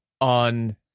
on